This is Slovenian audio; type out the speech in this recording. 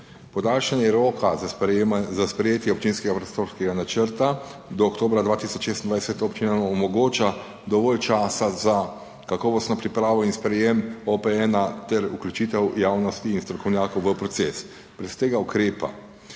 podaljšanje roka za sprejem za sprejetje občinskega prostorskega načrta do oktobra 2026 občinam omogoča dovolj časa za kakovostno pripravo in sprejem OPN ter vključitev javnosti in strokovnjakov v proces. Brez tega ukrepa